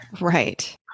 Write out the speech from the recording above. Right